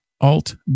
Alt